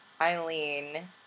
Eileen